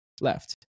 left